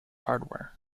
hardware